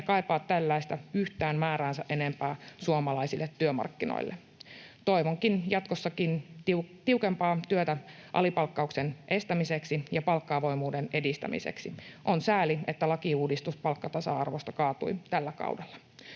kaipaa tällaista yhtään määräänsä enempää suomalaisille työmarkkinoille. Toivonkin jatkossakin tiukempaa työtä alipalkkauksen estämiseksi ja palkka-avoimuuden edistämiseksi. On sääli, että lakiuudistus palkkatasa-arvosta kaatui tällä kaudella.